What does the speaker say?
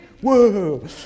Whoa